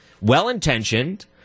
well-intentioned